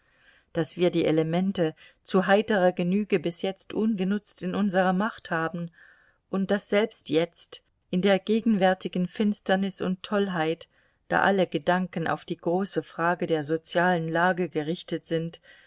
daß wir die elemente zu heiterer genüge bis jetzt ungenutzt in unserer macht haben und daß selbst jetzt in der gegenwärtigen finsternis und tollheit da alle gedanken auf die große frage der sozialen lage gerichtet sind